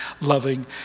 loving